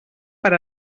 per